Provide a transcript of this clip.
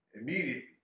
immediately